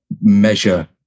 measure